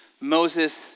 Moses